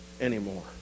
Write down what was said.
anymore